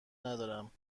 ندارم